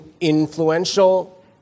influential